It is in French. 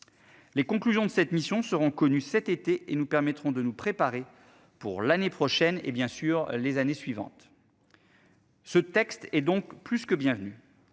Les conclusions de cette mission seront connus cet été et nous permettront de nous préparer pour l'année prochaine et bien sûr les années suivantes. Ce texte est donc plus que bienvenue.